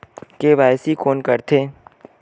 KYC कोन करथे?